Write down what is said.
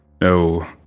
No